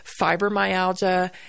fibromyalgia